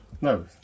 No